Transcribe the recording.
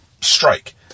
Strike